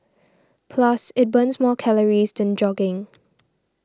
plus it burns more calories than jogging